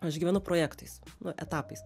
aš gyvenu projektais nu etapais